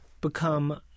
become